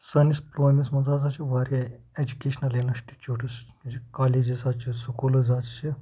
سٲنِس پُلوٲمِس منٛز ہَسا چھِ واریاہ ایجوکیشنَل اِنَسٹِچوٗٹٕس یہِ حظ یہِ کالج ہَسا چھِ سکوٗلٕز حظ چھِ